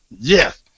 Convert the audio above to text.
Yes